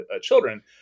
children